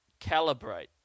calibrate